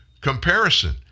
comparison